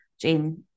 Jane